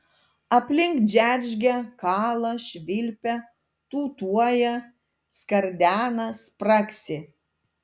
aplink džeržgia kala švilpia tūtuoja skardena spragsi